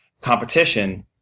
competition